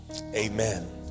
Amen